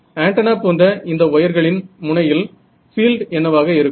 antenna போன்ற இந்த வயர்களின் முனையில் பீல்ட் என்னவாக இருக்கும்